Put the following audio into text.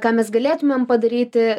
ką mes galėtumėm padaryti